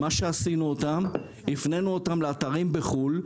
מה שעשינו זה להפנות אותם לאתרים בחו"ל,